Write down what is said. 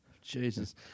Jesus